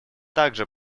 также